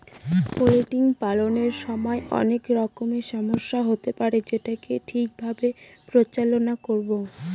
poultry পালনের সময় অনেক রকমের সমস্যা হতে পারে যেটাকে ঠিক ভাবে পরিচালনা করবো